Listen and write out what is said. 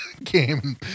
Game